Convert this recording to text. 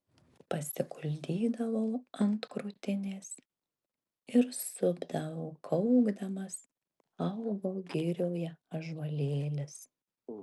pasiguldydavau ant krūtinės ir supdavau kaukdamas augo girioje ąžuolėlis